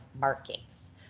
markings